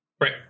Right